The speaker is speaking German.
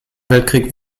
weltkrieg